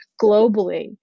globally